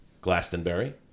Glastonbury